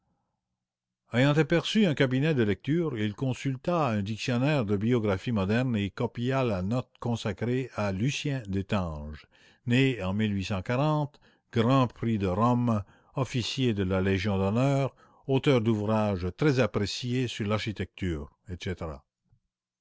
ayant aperçu un cabinet de lecture il consulta un dictionnaire de biographie moderne et copia la note consacrée à lucien destange né en grand prix de rome officier de la légion d'honneur auteur d'ouvrages très appréciés sur l'architecture etc